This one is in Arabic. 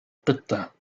قطة